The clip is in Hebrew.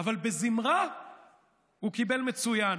אבל בזמרה הוא קיבל מצוין.